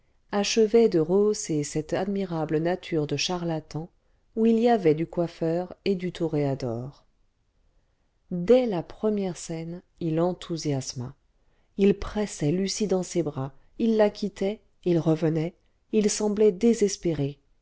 achevaient de rehausser cette admirable nature de charlatan où il y avait du coiffeur et du toréador dès la première scène il enthousiasma il pressait lucie dans ses bras il la quittait il revenait il semblait désespéré